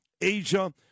Asia